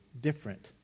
different